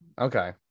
Okay